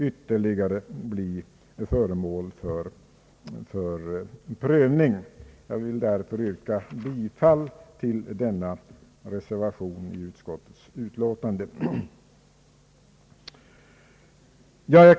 Jag vill därför yrka bifall till denna reservation i utskottets utlåtande.